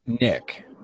Nick